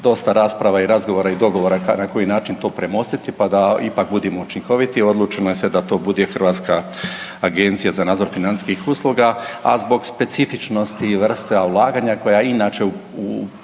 dosta rasprava i razgovora i dogovora na koji način to premostiti, pa da ipak budemo učinkoviti, odlučeno je sve da to bude Hrvatska agencija za nadzor financijskih usluga, a zbog specifičnosti i vrsta ulaganja koja inače